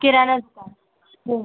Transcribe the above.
किराण्याचा हो